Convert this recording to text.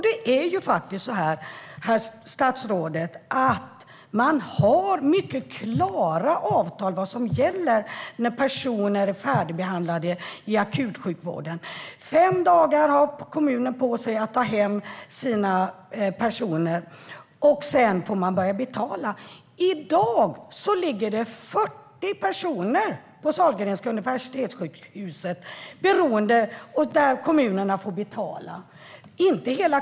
Det är faktiskt på det sättet, statsrådet, att det finns mycket tydliga avtal om vad som gäller när personer är färdigbehandlade i akutsjukvården. Kommunen har fem dagar på sig att ta hem sina medborgare. Sedan får man börja betala. På Sahlgrenska Universitetssjukhuset ligger i dag 40 personer som kommunerna får betala för.